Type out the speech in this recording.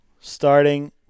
Starting –